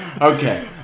Okay